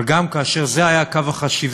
אבל גם כאשר זה היה קו החשיבה,